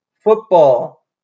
Football